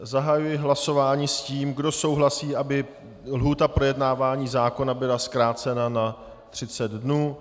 Zahajuji hlasování s tím, kdo souhlasí, aby lhůta k projednávání zákona byla zkrácena na 30. dnů.